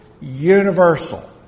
universal